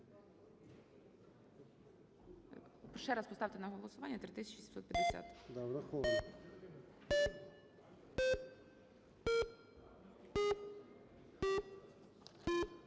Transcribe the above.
Ще раз поставте на голосування 3750-у.